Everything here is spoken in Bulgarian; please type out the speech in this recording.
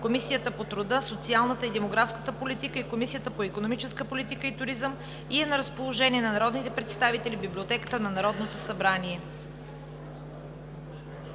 Комисията по труда, социалната и демографската политика и Комисията по икономическа политика и туризъм и е на разположение на народните представители в Библиотеката на Народното събрание.